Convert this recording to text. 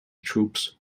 troops